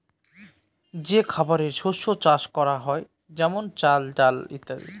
যে খাবারের শস্য চাষ করা হয় যেমন চাল, ডাল ইত্যাদি